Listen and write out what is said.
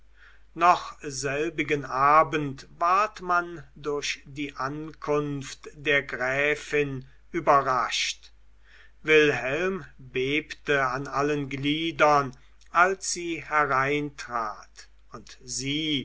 noch selbigen abend ward man durch die ankunft der gräfin überrascht wilhelm bebte an allen gliedern als sie hereintrat und sie